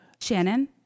Shannon